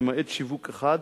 למעט שיווק אחד,